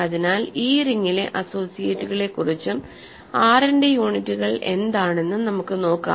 അതിനാൽ ഈ റിംഗിലെ അസോസിയേറ്റുകളെക്കുറിച്ചും R ന്റെ യൂണിറ്റുകൾ എന്താണെന്നും നമുക്ക് നോക്കാം